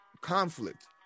conflict